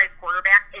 quarterback